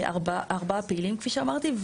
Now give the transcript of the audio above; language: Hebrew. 4 פעילים, כפי שאמרתי.